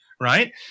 right